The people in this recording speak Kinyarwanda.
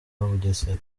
bugesera